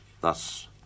Thus